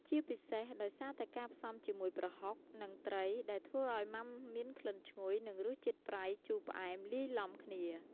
ជាពិសេសដោយសារតែការផ្សំជាមួយប្រហុក និងត្រី ដែលធ្វើឲ្យម៉ាំមានក្លិនឈ្ងុយ និងរសជាតិប្រៃ ជូរ ផ្អែម លាយឡំគ្នា។